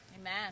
Amen